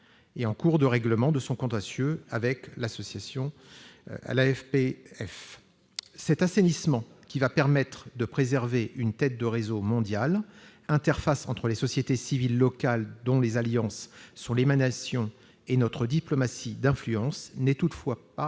est en cours de règlement. Cet assainissement, qui va permettre de préserver une tête de réseau mondial, interface entre les sociétés civiles locales, dont les alliances sont l'émanation, et notre diplomatie d'influence, n'est toutefois pas